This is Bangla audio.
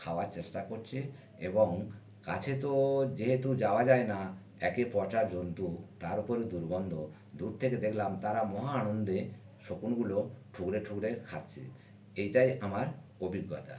খাওয়ার চেষ্টা করছে এবং কাছে তো যেহেতু যাওয়া যায় না একে পচা জন্তু তার উপরে দুর্গন্ধ দূর থেকে দেখলাম তারা মহা আনন্দে শকুনগুলো ঠুকরে ঠুকরে খাচ্ছে এটাই আমার অভিজ্ঞতা